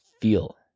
feel